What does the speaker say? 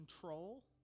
control